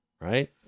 Right